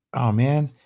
oh man,